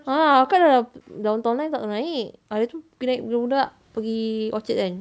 !huh! kakak dah lah downtown line tak pernah naik hari tu pergi naik budak-budak pergi orchard kan